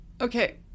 Okay